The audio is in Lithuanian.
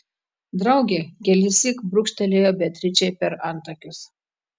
draugė kelissyk brūkštelėjo beatričei per antakius